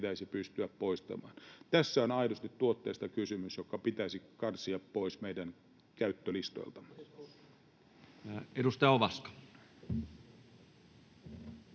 pitäisi pystyä poistamaan. Tässä on aidosti kysymys tuotteesta, joka pitäisi karsia pois meidän käyttölistoiltamme. [Mauri